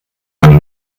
man